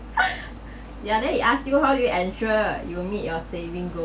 ya then he ask you how do you ensure you will meet your saving goal